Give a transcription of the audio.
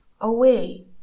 Away